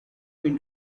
been